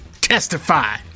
Testify